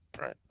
Right